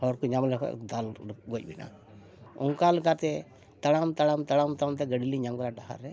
ᱦᱚᱲ ᱠᱚ ᱧᱟᱢ ᱞᱮᱠᱷᱟᱡ ᱫᱟᱞ ᱜᱚᱡ ᱵᱮᱱᱟ ᱚᱱᱠᱟ ᱞᱮᱠᱟᱛᱮ ᱛᱟᱲᱟᱢ ᱛᱟᱲᱟᱢ ᱛᱟᱲᱟᱢ ᱛᱟᱲᱟᱢᱛᱮ ᱜᱟᱹᱰᱤᱞᱤᱧ ᱧᱟᱢ ᱠᱮᱫᱟ ᱰᱟᱦᱟᱨ ᱨᱮ